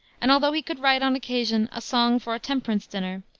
and although he could write on occasion a song for a temperance dinner,